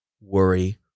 worry